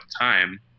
time